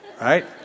right